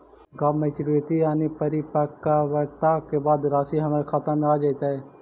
का मैच्यूरिटी यानी परिपक्वता के बाद रासि हमर खाता में आ जइतई?